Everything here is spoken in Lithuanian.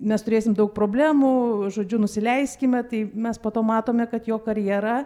mes turėsim daug problemų žodžiu nusileiskime tai mes po to matome kad jo karjera